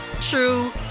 true